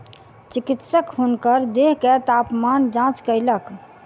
चिकित्सक हुनकर देह के तापमान जांच कयलक